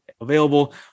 available